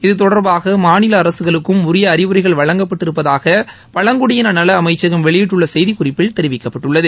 இதுதொடர்பாக மாநில அரசுகளுக்கும் உரிய அறிவுரைகள் வழங்கப்பட்டிருப்பதாக பழங்குடியின நல அமைச்சகம் வெளியிட்டுள்ள செய்திக்குறிப்பில் தெரிவிக்கப்பட்டுள்ளது